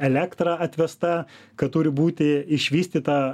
elektra atvesta kad turi būti išvystyta